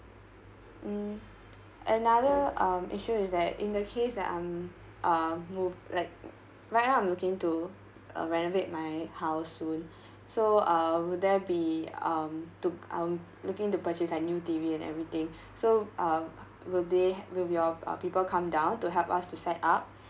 um another um issue is that in the case that I'm uh move like right now I'm looking to uh renovate my house soon so uh will there be um took I'm looking to purchase a new T_V and everything so uh will they ha~ will your uh people come down to help us to set up